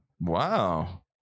Wow